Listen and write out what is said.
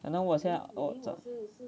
可能我现在